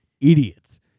idiots